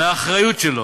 מהאחריות שלו.